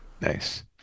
Nice